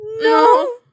No